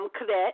Cadet